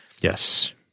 Yes